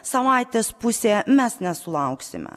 savaitės pusėje mes nesulauksime